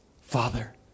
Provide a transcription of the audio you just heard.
Father